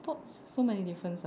so many difference ah